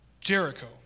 Jericho